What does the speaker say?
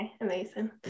amazing